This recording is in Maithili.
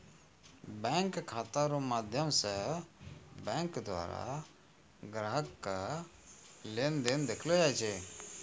बैंक खाता रो माध्यम से बैंक द्वारा ग्राहक के लेन देन देखैलो जाय छै